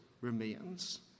remains